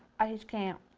i just can't.